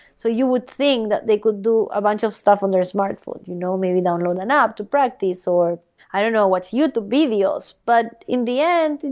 so you would think that they could do a bunch of stuff on their smartphone, you know maybe download an app to practice, or i don't know watch youtube videos. but in the end,